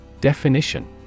Definition